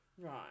Right